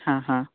हां हां